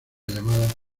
llamada